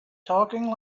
talking